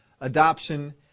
adoption